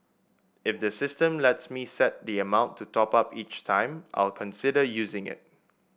if the system lets me set the amount to top up each time I'll consider using it